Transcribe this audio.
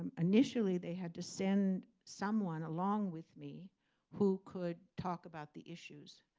um initially they had to send someone along with me who could talk about the issues.